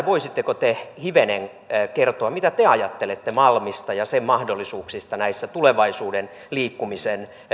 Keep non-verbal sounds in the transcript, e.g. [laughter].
[unintelligible] voisitteko te hivenen kertoa mitä te ajattelette malmista ja sen mahdollisuuksista näissä tulevaisuuden liikkumisen